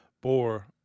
bore